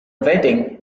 wedding